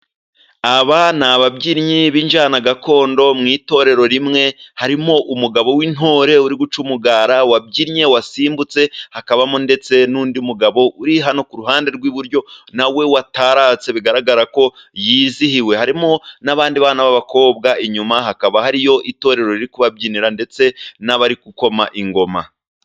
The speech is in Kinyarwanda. Aba ni ababyinnyi b'injyana gakondo mu itorero rimwe, harimo umugabo w'intore uri guca umugara wabyinnye wasimbutse, hakabamo ndetse n'undi mugabo uri hano ku ruhande rw'iburyo nawe watararatse bigaragara ko yizihiwe, harimo n'abandi bana b'abakobwa inyuma hakaba hariyo itorero riri kubabyinira ndetse n'abari gukoma ingoma.